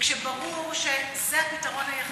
וכשברור שזה הפתרון היחיד,